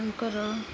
ତାଙ୍କର